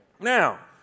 Now